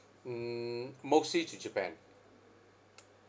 mm mostly to japan